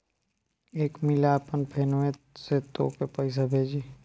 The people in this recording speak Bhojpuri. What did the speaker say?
एक मिला आपन फोन्वे से तोके पइसा भेजी